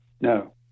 no